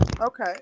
Okay